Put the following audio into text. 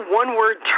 one-word